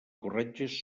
corretges